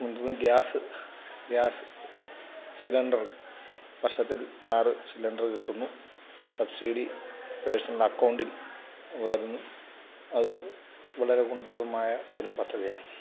മറ്റൊന്ന് gas gas cylinder വർഷത്തിൽ ആറ് സിലിണ്ടർ കിട്ടുന്നു സബ്സിഡി റേഷൻ അക്കൗണ്ടിൽ വരുന്നു അതും വളരെ ഗുണപ്രദമായ ഒരു പദ്ധതിയാണ്